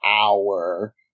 hour